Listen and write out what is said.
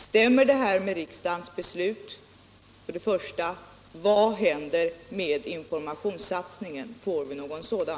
Stämmer det här med riksdagens beslut och vad händer med informationssatsningen? Får vi någon sådan?